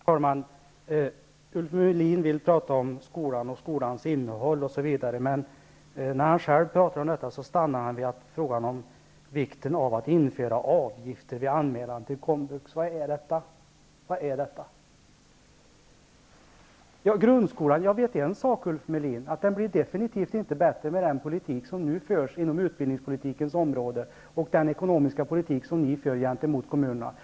Herr talman! Ulf Melin vill tala om skolans innehåll osv., men när han själv tar upp detta stannar han vid vikten av att införa avgifter vid anmälan till komvux. Vad är detta? Beträffande grundskolan vet jag, Ulf Melin, att den definitivt inte blir bättre med den ekonomiska politik och den utbildningspolitik som ni nu för mot kommunerna.